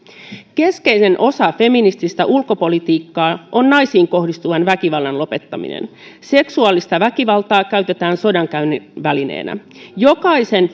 keskeinen osa feminististä ulkopolitiikkaa on naisiin kohdistuvan väkivallan lopettaminen seksuaalista väkivaltaa käytetään sodankäynnin välineenä jokaisen